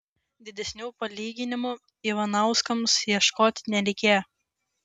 didesnių palyginimų ivanauskams ieškoti nereikėjo